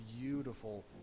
beautiful